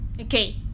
Okay